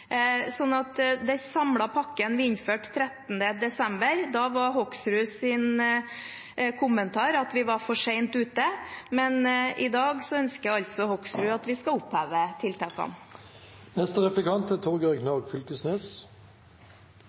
Det må vi også ta med. Da vi innførte den samlede pakken den 13. desember, var representanten Hoksruds kommentar at vi var for sent ute, og i dag ønsker han altså at vi skal oppheve tiltakene.